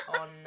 on